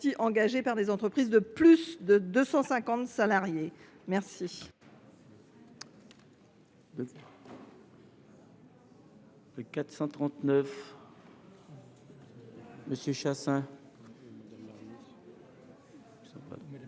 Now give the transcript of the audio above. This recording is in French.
engagés par des entreprises de plus de 250 salariés.